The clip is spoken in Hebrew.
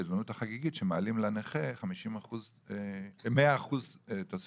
בהזדמנות החגיגית שמוסיפים לנכה 100% תוספת.